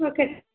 okay sir